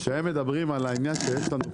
כשהם מדברים על העניין שיש לנו פה.